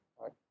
right